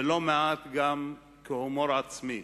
ולא מעט גם כהומור עצמי.